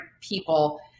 people